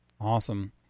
Awesome